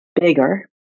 bigger